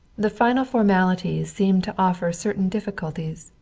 the final formalities seemed to offer certain difficulties.